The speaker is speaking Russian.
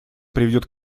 приведет